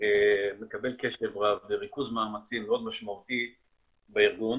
רב וריכוז מאמצים מאוד משמעותי בארגון